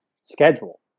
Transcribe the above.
schedule